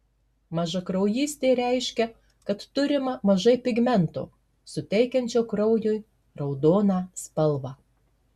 mažakraujystė reiškia kad turima mažai pigmento suteikiančio kraujui raudoną spalvą